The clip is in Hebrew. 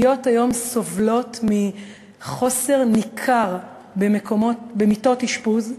היום הפגיות סובלות מחוסר ניכר של מיטות אשפוז,